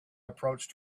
approached